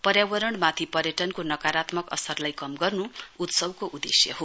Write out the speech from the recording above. पर्यावरणमाथि पर्यटनको नकारात्मक असरलाई कम उगर्नु उत्सवको उदेश्य हो